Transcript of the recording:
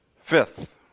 Fifth